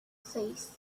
seis